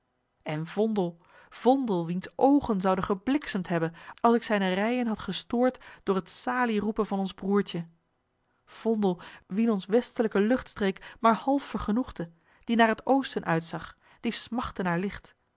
en vondel vondel wiens oogen zouden gebliksemd hebben als ik zijne reijën had gestoord door het salieroepen van ons broêrtje vondel wien onze westelijke luchtstreek maar half vergenoegde die naar het oosten uitzag die smachtte naar